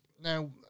Now